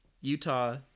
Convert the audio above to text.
Utah